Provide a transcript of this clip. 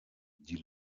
die